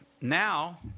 Now